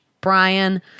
Brian